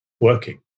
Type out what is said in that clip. working